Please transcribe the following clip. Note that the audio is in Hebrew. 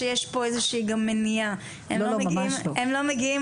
איזו שהיא מניעה, הם לא מגיעים